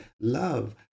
Love